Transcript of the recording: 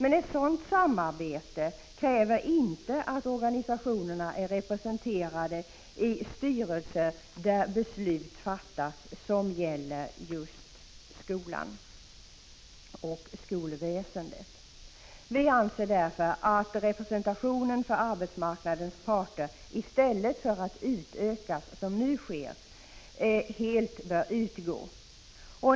Ett sådant samarbete kräver emellertid inte att dessa organisation är representerade i styrelser där beslut om skolan och skolväsendet fattas. Vi anser därför att representationen för arbetsmarknadens parter i stället för att utökas, som föreslås i propositionen, helt bör upphöra.